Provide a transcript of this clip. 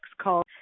called